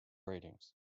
ratings